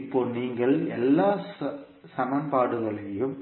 இப்போ நீங்கள் எல்லா சமன்பாடுகளையும்